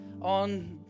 on